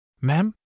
Ma'am